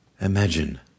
Imagine